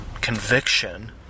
conviction